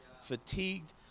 fatigued